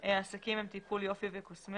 העסקים הם טיפול יופי וקוסמטיקה,